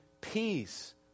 peace